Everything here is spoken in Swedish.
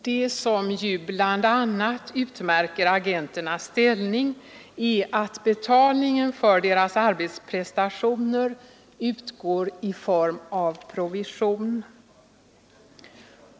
Det som bl.a. utmärker agenternas ställning är att betalningen för deras arbetsprestationer utgår i form av provision.